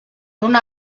una